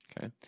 okay